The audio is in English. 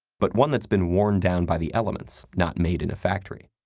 but one that's been worn down by the elements, not made in a factory.